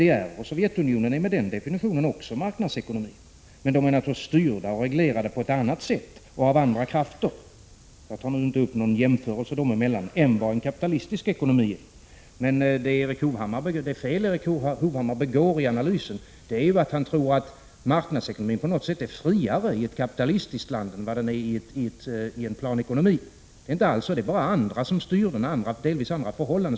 DDR och Sovjetunionen är med den definitionen också marknadsekonomier, men de är naturligtvis styrda och reglerade på ett annat sätt och av andra krafter än krafterna inom en kapitalistisk ekonomi. Jag gör inte här någon jämförelse. Det fel som Erik Hovhammar begår vid analysen är det att han tror att marknadsekonomin på något sätt är friare i ett kapitalistiskt land än i en planekonomi. Det är inte alls på det sättet. Det är bara det att det är andra som styr.